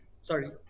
sorry